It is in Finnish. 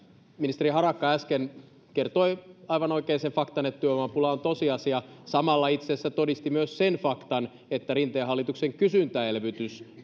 ministeri harakka äsken kertoi aivan oikein sen faktan että työvoimapula on tosiasia samalla hän itse asiassa todisti myös sen faktan että rinteen hallituksen kysyntäelvytys